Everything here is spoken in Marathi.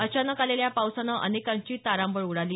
अचानक आलेल्या या पावसानं अनेकांची तारांबळ उडाली